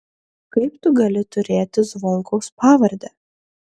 kaip tu gali turėti zvonkaus pavardę